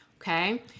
Okay